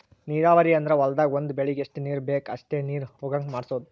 ನೀರಾವರಿ ಅಂದ್ರ ಹೊಲ್ದಾಗ್ ಒಂದ್ ಬೆಳಿಗ್ ಎಷ್ಟ್ ನೀರ್ ಬೇಕ್ ಅಷ್ಟೇ ನೀರ ಹೊಗಾಂಗ್ ಮಾಡ್ಸೋದು